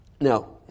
Now